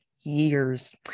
years